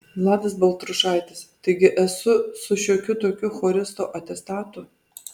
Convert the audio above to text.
vladas baltrušaitis taigi esu su šiokiu tokiu choristo atestatu